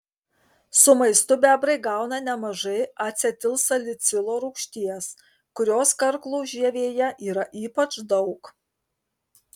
su maistu bebrai gauna nemažai acetilsalicilo rūgšties kurios karklų žievėje yra ypač daug